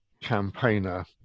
campaigner